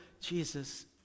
Jesus